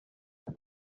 kiel